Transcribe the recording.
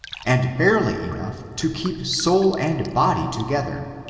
and barely enough to keep soul and body together,